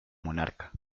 monarca